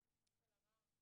אבל תשמעי חברת הכנסת אלהרר,